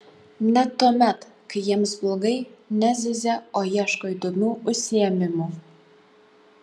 net tuomet kai jiems blogai nezyzia o ieško įdomių užsiėmimų